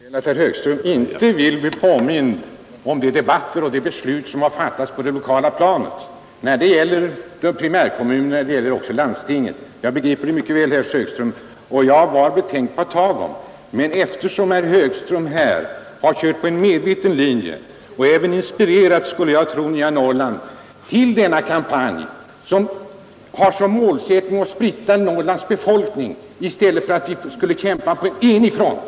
Herr talman! Jag förstår mycket väl att herr Högström inte vill bli påmind om de debatter som har förts och de beslut som har fattats på det lokala planet, alltså i primärkommuner och i landstinget. Jag var betänkt på att inte säga någonting därom, men nu måste jag erinra om herr Högströms ställningstagande där eftersom herr Högström här i debatten har kört på en medveten linje och tydligen också inspirerat tidningen Nya Norrland till en kampanj som har som målsättning att splittra Norrlands befolkning i stället för att vi här borde kämpa på enig front.